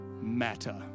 matter